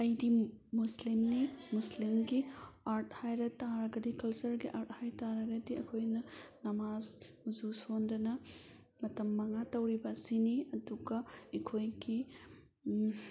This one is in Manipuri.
ꯑꯩꯗꯤ ꯃꯨꯁꯂꯤꯝꯅꯤ ꯃꯨꯁꯂꯤꯝꯒꯤ ꯑꯥꯔꯠ ꯍꯥꯏꯔ ꯇꯥꯔꯒꯗꯤ ꯀꯜꯆꯔꯒꯤ ꯑꯥꯔꯠ ꯍꯥꯏꯇꯥꯔꯒꯗꯤ ꯑꯩꯈꯣꯏꯅ ꯅꯥꯃꯥꯖ ꯎꯖꯨ ꯁꯣꯟꯗꯅ ꯃꯇꯝ ꯃꯉꯥ ꯇꯧꯔꯤꯕ ꯑꯁꯤꯅꯤ ꯑꯗꯨꯒ ꯑꯩꯈꯣꯏꯒꯤ